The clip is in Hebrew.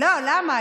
לא, למה?